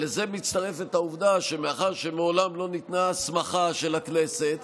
לזה מצטרפת העובדה שמאחר שמעולם לא ניתנה הסמכה של הכנסת,